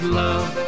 love